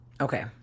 Okay